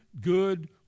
good